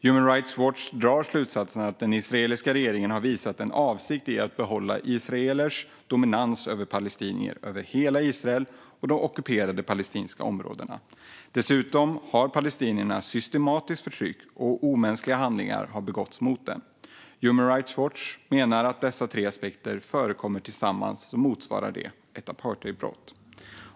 Human Rights Watch drar slutsatsen att den israeliska regeringen har visat en avsikt att behålla israelers dominans över palestinier i hela Israel och i de ockuperade palestinska områdena. Dessutom har palestinierna systematiskt förtryckts, och omänskliga handlingar har begåtts mot dem. Human Rights Watch menar att när dessa tre aspekter förekommer tillsammans motsvarar det apartheidbrott.